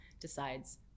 decides